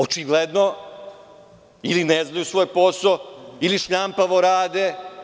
Očigledno, ili ne znaju svoj posao ili šljampavo rade.